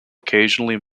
occasionally